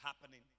happening